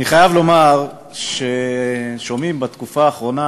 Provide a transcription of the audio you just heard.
אני חייב לומר ששומעים בתקופה האחרונה